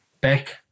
back